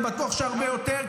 אני בטוח שהרבה יותר,